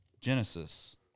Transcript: Genesis